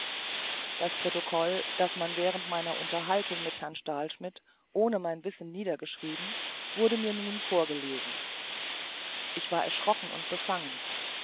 dies protokoll das man während meiner unterhaltung mit herrn stahlschmidt ohne mein wissen niedergeschrieben wurde mir nun vorgelesen ich war erschrocken und befangen